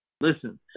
Listen